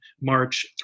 March